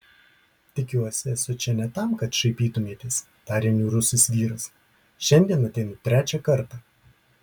tikiuosi esu čia ne tam kad šaipytumėtės tarė niūrusis vyras šiandien ateinu trečią kartą